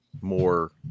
more